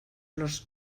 los